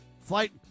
flight